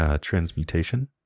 Transmutation